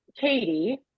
Katie